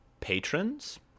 patrons